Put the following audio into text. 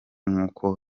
nk’uko